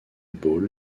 ball